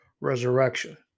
resurrection